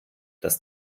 das